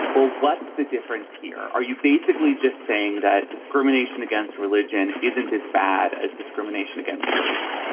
well, what's the difference here? are you basically just saying that discrimination against religion isn't as bad as discrimination against race?